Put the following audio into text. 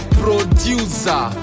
producer